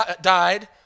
died